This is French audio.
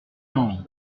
non